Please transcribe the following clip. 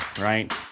right